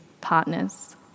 partners